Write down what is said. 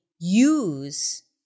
use